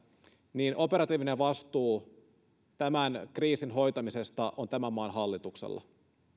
niin operatiivinen vastuu tämän kriisin hoitamisesta on tämän maan hallituksella